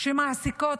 שמעסיקות